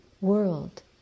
world